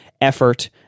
effort